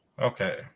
Okay